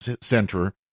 center